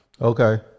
Okay